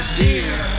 dear